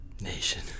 Nation